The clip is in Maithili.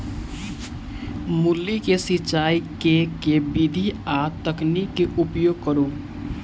मूली केँ सिचाई केँ के विधि आ तकनीक केँ उपयोग करू?